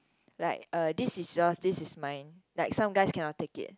like uh this is your this is mine like some guys cannot take it